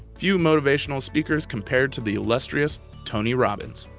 few motivational speakers compare to the illustrious tony robbins.